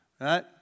right